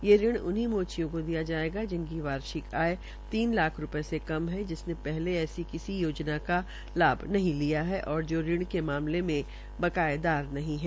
यह ऋण उन्हीं मोचियों को दिया जाएगा जिनकी वार्षिक आय तीन लाख रुपये से कम है जिसने पहले ऐसी किसी योजना का लाभ नहीं लिया है और जो ऋण के मामले में बकायेदार नहीं है